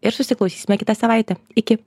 ir susiklausysime kitą savaitę iki